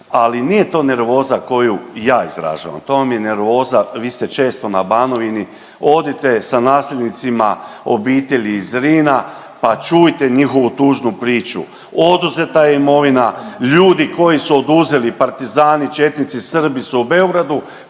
ali nije to nervoza koju ja izražavam, to vam je nervoza, vi ste često na Banovini, odite sa nasljednicima obitelji iz Zrina, pa čujte njihovu tužnu priču. Oduzeta je imovina, ljudi koji su oduzeli partizani, četnici, Srbi su u Beogradu,